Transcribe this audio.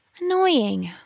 Annoying